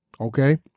Okay